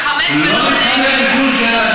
מאוד רצינית.